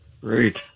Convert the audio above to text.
Great